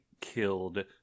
killed